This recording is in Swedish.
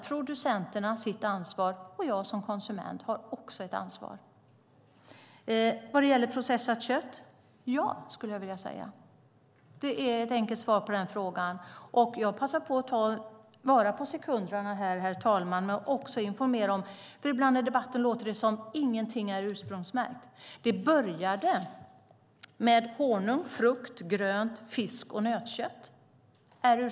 Producenterna har sitt ansvar, och jag som konsument har mitt. Vad gäller processat kött är "ja" ett enkelt svar på den frågan. Ibland i debatten låter det som att inget är ursprungsmärkt. Det började med honung, frukt, grönt, fisk och nötkött.